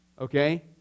Okay